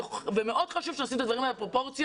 מאוד חשוב שעושים את הדברים האלה בפרופורציה,